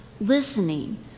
listening